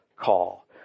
call